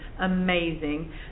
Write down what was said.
amazing